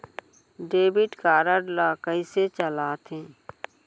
Debit card ला कइसे चलाते?